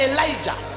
Elijah